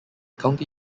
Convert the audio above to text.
county